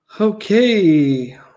Okay